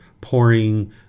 pouring